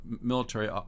military